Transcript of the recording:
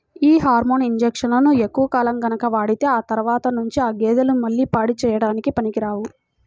యీ హార్మోన్ ఇంజక్షన్లు ఎక్కువ కాలం గనక వాడితే ఆ తర్వాత నుంచి ఆ గేదెలు మళ్ళీ పాడి చేయడానికి పనికిరావు